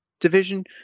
division